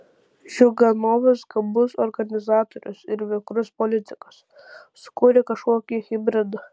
ziuganovas gabus organizatorius ir vikrus politikas sukūrė kažkokį hibridą